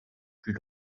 plus